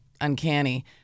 Uncanny